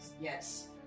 yes